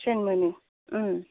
train मोनो